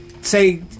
say